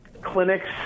clinics